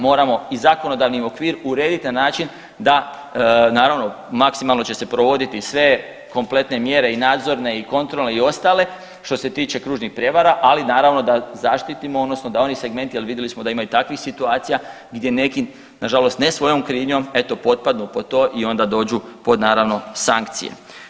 Moramo i zakonodavni okvir urediti na način da naravno maksimalno će se provoditi sve kompletne mjere i nadzorne i kontrolne i ostale što se tiče kružnih prijevara, ali naravno da zaštitimo odnosno da oni segmenti jel vidjeli smo da ima i takvih situacija gdje neki nažalost ne svojom krivnjom eto potpadnu pod to i onda dođu pod naravno sankcije.